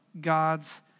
God's